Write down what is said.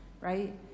right